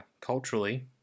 culturally